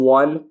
one